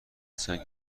چند